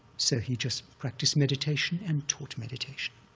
so he just practiced meditation and taught meditation.